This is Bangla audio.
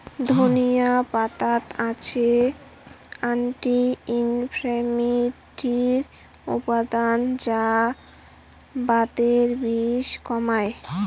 ধনিয়া পাতাত আছে অ্যান্টি ইনফ্লেমেটরি উপাদান যা বাতের বিষ কমায়